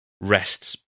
rests